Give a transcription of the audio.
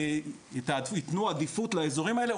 ייתנו עדיפות לאזורים האלה,